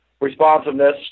responsiveness